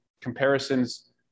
comparisons